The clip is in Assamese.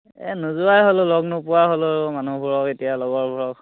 এ নোযোৱাই হ'লোঁ লগ নোপোৱা হ'লো মানুহবোৰক এতিয়া লগৰবোৰক